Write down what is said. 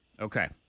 Okay